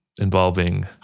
involving